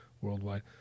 worldwide